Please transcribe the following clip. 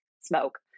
smoke